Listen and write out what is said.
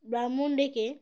ব্রাহ্মণ ডেকে